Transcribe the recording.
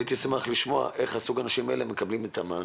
הייתי שמח לשמוע איך סוג האנשים האלה מקבלים את המענה.